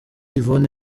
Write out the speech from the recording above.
yvonne